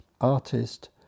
artist